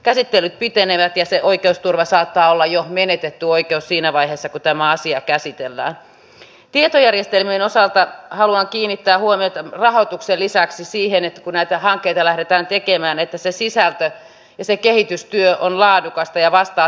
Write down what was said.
väestön ikääntymisen ja se oikeusturva saattaa olla jo vieneet etuoikeus siinä vaiheessa kun tämä asia käsitellään tietojärjestelmien osalta haluan talouden yleisen taantuman lisäksi maahanmuutto sekä pitkäaikaistyöttömyyden kustannukset lisäävät paineita palvelurakenteen kestävyyteen ja toimivuuteen